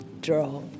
draw